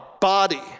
body